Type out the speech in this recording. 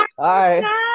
Hi